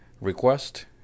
REQUEST